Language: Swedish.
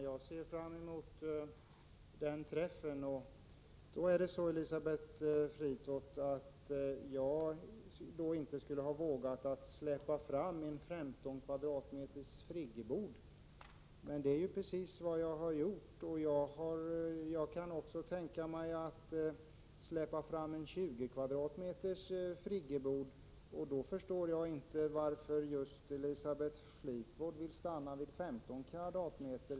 Herr talman! Jag ser fram emot det mötet, Elisabeth Fleetwood. Det är inte så att jag inte har vågat släppa fram en friggebod på 15 m?. Det är ju precis vad jag har gjort, och jag kan även tänka mig att släppa fram en friggebod på 20 m?. Därför förstår jag inte varför Elisabeth Fleetwood stannar vid just 15 m?.